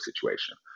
situation